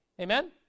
Amen